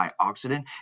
antioxidant